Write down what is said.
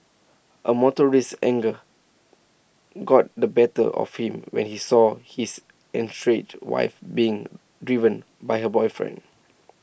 A motorist's anger got the better of him when he saw his estranged wife's being driven by her boyfriend